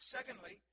Secondly